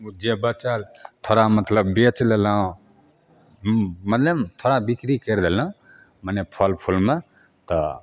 जे बचल थोड़ा मतलब बेच लेलहुँ हूँ मने थोड़ा विक्री करि देलहुँ मने फल फुलमे तऽ